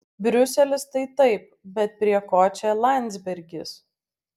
briuselis tai taip bet prie ko čia landsbergis